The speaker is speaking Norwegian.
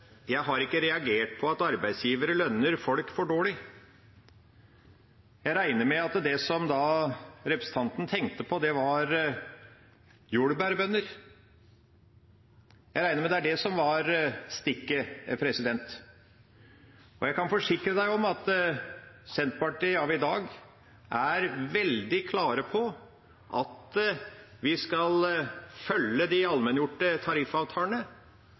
jeg ikke har reagert på at arbeidsgivere lønner folk for dårlig. Jeg regner med at det representanten tenkte på, var jordbærbønder – jeg regner med at det var det som var stikket. Jeg kan forsikre henne om at Senterpartiet av i dag er veldig klare på at vi skal følge de allmenngjorte tariffavtalene.